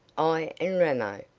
i and ramo,